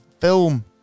film